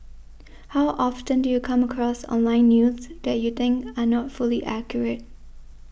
how often do you come across online news that you think are not fully accurate